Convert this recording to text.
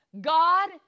God